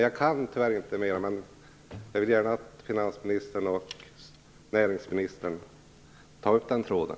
Jag vill gärna att finansministern och näringsministern tar upp den frågan.